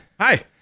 hi